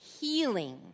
healing